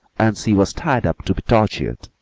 and she was tied up to be tortured,